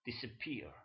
disappear